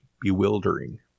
bewildering